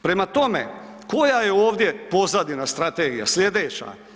Prema tome, koja je ovdje pozadina, strategija, slijedeća.